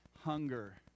hunger